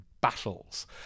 battles